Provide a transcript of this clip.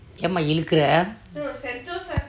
யேம்மா இழுக்குற:yeanma izhukura